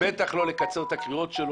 בטח לא לקצר את הקריאות שלה.